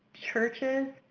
churches,